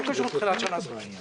לא קשור לתחילת שנה או לסוף שנה.